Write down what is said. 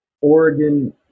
Oregon